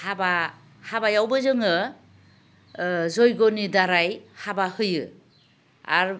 हाबा हाबायावबो जोङो जैग'नि दाराय हाबा होयो आरो